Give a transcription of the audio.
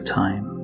time